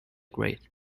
grate